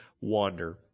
wander